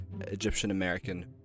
Egyptian-American